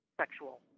sexual